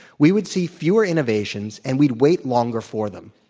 we would see fewer innovations, and we'd wait longer for them.